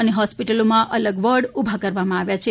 અને હોસ્પીટલોમાં અલગ વોર્ડ ઉભા કરવામાં આવ્યા છે